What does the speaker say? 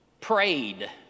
prayed